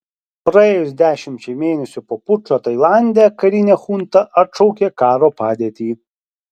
praėjus dešimčiai mėnesių po pučo tailande karinė chunta atšaukė karo padėtį